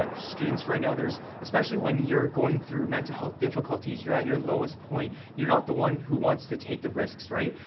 students right now, there's especially when you're going through mental health difficulties, you're at your lowest point, you're not the one who wants to take the risks, right?